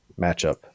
matchup